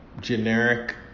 generic